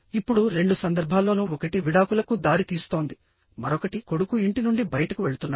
ఇప్పుడు రెండు సందర్భాల్లోనూ ఒకటి విడాకులకు దారితీస్తోంది మరొకటి కొడుకు ఇంటి నుండి బయటకు వెళ్తున్నాడు